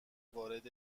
وارد